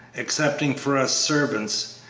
excepting for us servants.